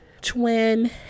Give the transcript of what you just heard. twin